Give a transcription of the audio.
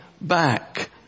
back